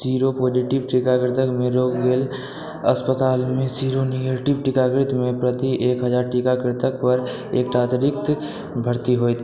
seropositive टीकाकृत मे रोकल गेल प्रति अस्पतालमे सीरोनेगेटिव टीकाकृतमे प्रति एक हजार टीकाकृतकपर एकटा अतिरिक्त भर्ती होयत